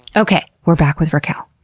okay, we're back with raquel.